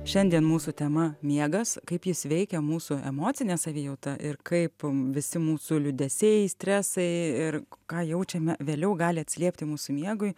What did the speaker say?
šiandien mūsų tema miegas kaip jis veikia mūsų emocinę savijautą ir kaip visi mūsų liūdesiai stresai ir ką jaučiame vėliau gali atsiliepti mūsų miegui